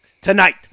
tonight